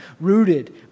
rooted